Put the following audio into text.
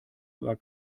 war